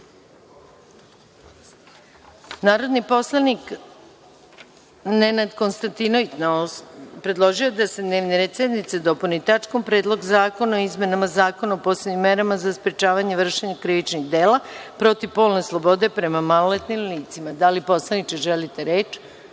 predlog. Narodni poslanik Nenad Konstantinović predložio je da se dnevni red sednice dopuni tačkom – Predlog zakona o izmenama Zakona o posebnim merama za sprečavanje i vršenje krivičnih dela protivpolne slobode prema maloletnim licima. Da li poslaniče želite